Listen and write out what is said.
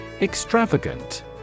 Extravagant